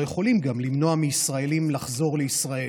יכולים למנוע מישראלים לחזור לישראל.